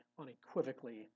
unequivocally